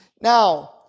now